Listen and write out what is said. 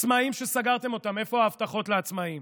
עצמאים שסגרתם אותם, איפה ההבטחות לעצמאים?